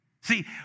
See